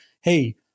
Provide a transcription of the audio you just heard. hey